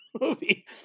movie